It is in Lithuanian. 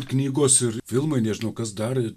knygos ir filmai nežinau kas dar